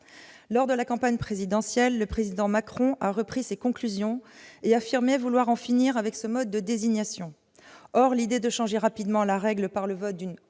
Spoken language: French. pour l'élection présidentielle, le président Macron a repris ses conclusions et a affirmé vouloir en finir avec ce mode de désignation. Or l'idée de changer rapidement la règle par le vote d'une